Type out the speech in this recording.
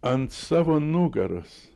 ant savo nugaros